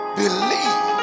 believe